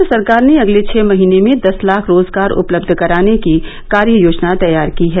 प्रदेश सरकार ने अगले छह महीने में दस लाख रोजगार उपलब्ध कराने की कार्य योजना तैयार की है